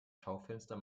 schaufenster